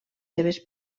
seves